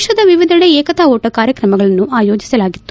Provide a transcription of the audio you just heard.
ದೇಶದ ವಿವಿಧೆಡೆ ಏಕತಾ ಓಟ ಕಾರ್ಯಕ್ರಮಗಳನ್ನು ಆಯೋಜಿಸಲಾಗಿತ್ತು